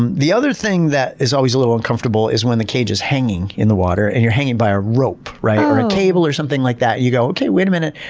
um the other thing that is always a little uncomfortable is when the cage is hanging in the water and you're hanging by a rope, or a cable, or something like that. you go, okay, wait a minute,